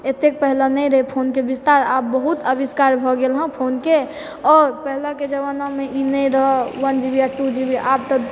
एतेक पहिले नहि रहै फोनके विस्तार आब बहुत अविष्कार भऽ गेलहँ फोनके आओर पहिलाके जमानामे ई नहि रहय वन जी बी आ टू जी बी आब तऽ